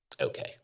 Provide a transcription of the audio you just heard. Okay